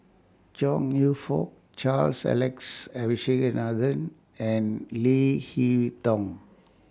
Chong YOU Fook Charles Alex Abisheganaden and Leo Hee Tong